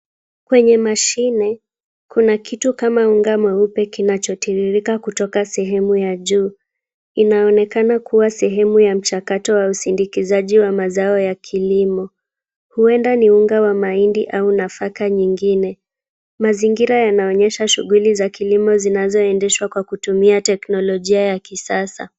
Kwenye mashine, kuna kitu kama unga mweupe kinachotiririka kutoka sehemu ya juu. Inaonekana kuwa sehemu ya mchakato au usindikizaji wa mazao ya kilimo. Huenda ni unga wa mahindi au nafaka nyingine. Mazingira yanaonyesha shughuli za kilimo zinazoendeshwa kwa kutumia teknolojia ya kisasa.